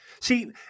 See